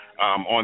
on